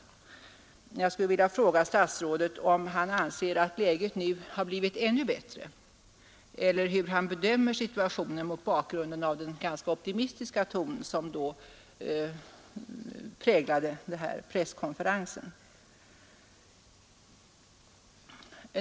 Jag undrar om statsrådet anser att läget nu har blivit ännu bättre eller hur han annars bedömer situationen mot bakgrund av den ganska optimistiska ton som präglade den här presskonferensen.